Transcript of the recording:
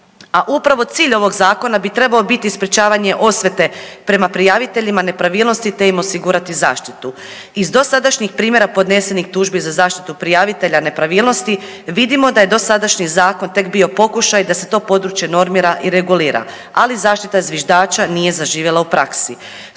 A upravo cilj ovog zakona bi trebao biti sprječavanje osvete prema prijaviteljima nepravilnosti te im osigurati zaštitu. Iz dosadašnjih primjera podnesenih tužbi za zaštitu prijavitelja nepravilnosti vidimo da je dosadašnji zakon tek bio pokušaj da se to područje normira i regulira, ali zaštita zviždača nije zaživjela u praksi.